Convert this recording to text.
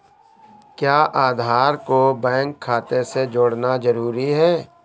क्या आधार को बैंक खाते से जोड़ना जरूरी है?